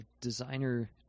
designer